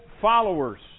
followers